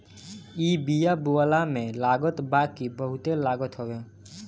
इ बिया बोअला में लागत बाकी बहुते लागत हवे